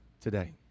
today